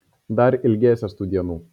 dar ilgėsies tų dienų